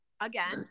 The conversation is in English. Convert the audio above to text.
Again